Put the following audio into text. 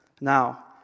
Now